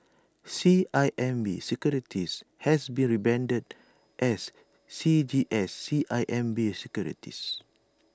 C I M B securities has been rebranded as C G S C I M B securities